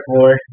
Floor